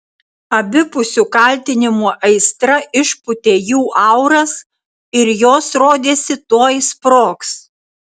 abipusių kaltinimų aistra išpūtė jų auras ir jos rodėsi tuoj sprogs